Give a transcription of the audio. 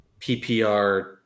PPR